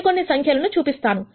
నేను కొన్నిసంఖ్యలను చూపిస్తాను